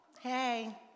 Hey